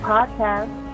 Podcast